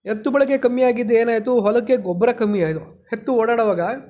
ಎತ್ತು ಬಳಕೆ ಕಮ್ಮಿಯಾಗಿದ್ದೇನಾಯಿತು ಹೊಲಕ್ಕೆ ಗೊಬ್ಬರ ಕಮ್ಮಿಯಾಯಿತು ಎತ್ತು ಓಡಾಡೋವಾಗ